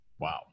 Wow